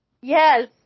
Yes